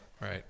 right